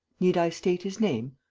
need i state his name?